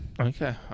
Okay